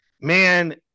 man